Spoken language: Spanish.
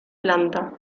planta